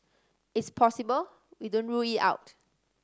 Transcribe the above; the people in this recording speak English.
it's possible we don't rule it out